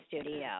studio